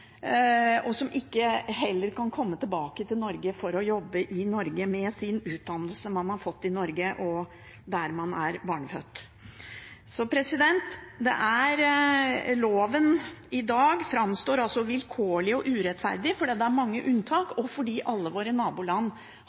noen som har vært norske, ikke kan komme tilbake til Norge for å jobbe i Norge, med utdannelsen de har fått i Norge, og der de er barnefødt. Loven framstår altså i dag vilkårlig og urettferdig, fordi det er mange unntak, og fordi alle våre naboland